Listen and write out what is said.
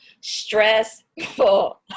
stressful